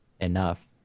enough